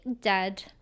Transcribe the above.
dead